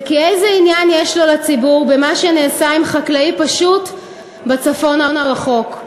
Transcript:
וכי איזה עניין יש לו לציבור במה שנעשה עם חקלאי פשוט בצפון הרחוק?